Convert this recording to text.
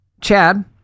Chad